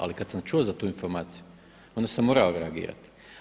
Ali kada sam čuo za tu informaciju onda sam morao reagirati.